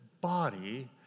body